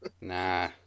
Nah